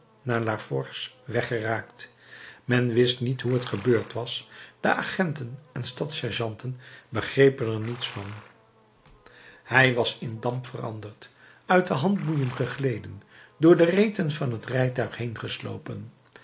geraakt men wist niet hoe het gebeurd was de agenten en stadssergeanten begrepen er niets van hij was in damp veranderd uit de handboeien gegleden door de reten van het